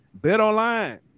BetOnline